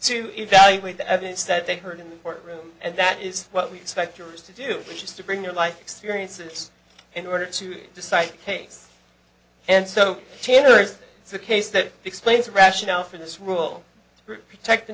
to evaluate the evidence that they heard in the courtroom and that is what we expect yours to do which is to bring your life experiences in order to decide case and so tanneries it's a case that explains the rationale for this rule gro